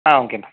ஆ ஓகேப்பா